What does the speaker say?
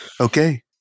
Okay